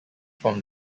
from